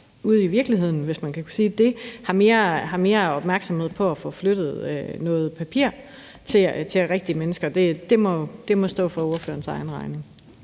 ude i virkeligheden, hvis man kan sige det, har mere opmærksomhed på at få flyttet noget papir for at få rigtige mennesker. Det må stå for spørgerens egen regning.